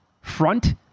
front